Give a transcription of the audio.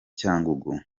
cyangugu